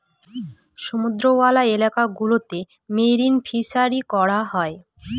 সমুদ্রওয়ালা এলাকা গুলোতে মেরিন ফিসারী করা হয়